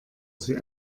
sie